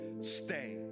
stay